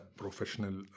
professional